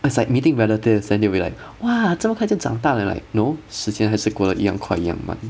it's like meeting relatives then they will be like !wah! 这么快就长大了 you are like no 时间还是过得一样快一样慢